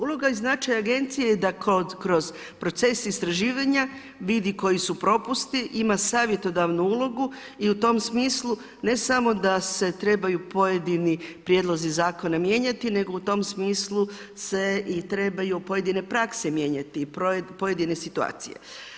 Uloga i značaj agencije je da kroz proces istraživanja vidi koji su propusti, ima savjetodavnu ulogu i u tom smislu ne samo da se trebaju pojedini prijedlozi zakona mijenjati nego u tom smislu se trebaju i pojedine prakse mijenjati i pojedine situacije.